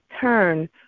turn